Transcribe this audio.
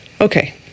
Okay